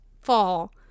fall